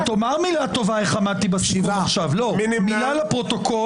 הצבעה לא אושרו.